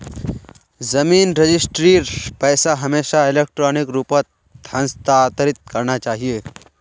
जमीन रजिस्ट्रीर पैसा हमेशा इलेक्ट्रॉनिक रूपत हस्तांतरित करना चाहिए